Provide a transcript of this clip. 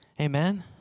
Amen